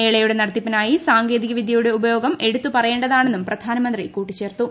മേളയുടെ നടത്തിപ്പിനായി സാങ്കേതിക വിദ്യയുടെ ഉപയോഗം സംബന്ധിച്ച് എടുത്തു പറയേണ്ടതാണെന്നും പ്രധാനമന്ത്രി കൂട്ടിച്ചേർത്തു